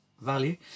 value